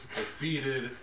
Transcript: defeated